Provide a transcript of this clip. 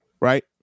right